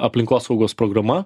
aplinkosaugos programa